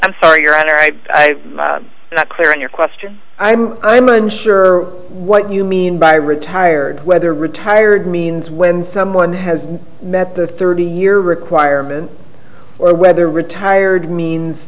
i'm sorry your honor i am not clear in your question i'm i'm unsure what you mean by retired whether retired means when someone has met the thirty year requirement or whether retired means